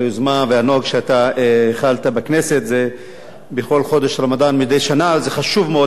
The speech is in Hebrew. על היוזמה והנוהג שהחלת בכנסת מדי שנה בכל חודש רמדאן.